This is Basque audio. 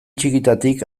txikitatik